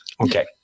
Okay